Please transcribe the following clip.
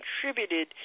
contributed